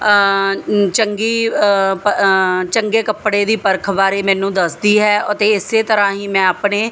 ਚੰਗੀ ਪ ਚੰਗੇ ਕੱਪੜੇ ਦੀ ਪਰਖ ਬਾਰੇ ਮੈਨੂੰ ਦੱਸਦੀ ਹੈ ਅਤੇ ਇਸ ਤਰ੍ਹਾਂ ਹੀ ਮੈਂ ਆਪਣੇ